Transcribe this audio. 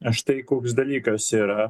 štai koks dalykas yra